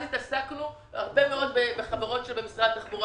אז עסקנו הרבה מאוד בחברות שבמשרד התחבורה